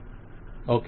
vendor okay